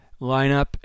lineup